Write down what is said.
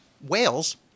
whales